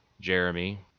Jeremy